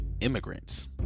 immigrants